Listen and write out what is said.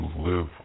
live